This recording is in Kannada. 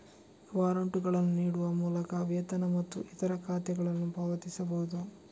ವಾರಂಟುಗಳನ್ನು ನೀಡುವ ಮೂಲಕ ವೇತನ ಮತ್ತು ಇತರ ಖಾತೆಗಳನ್ನು ಪಾವತಿಸಬಹುದು